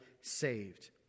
saved